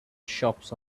shops